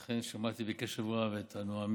אכן שמעתי בקשב רב את הנואמים,